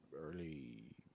early